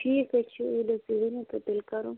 ٹھیٖک حظ چھُ ییٚلہِ حظ تُہۍ ؤنِو تہٕ تیٚلہِ کَرَو